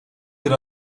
bir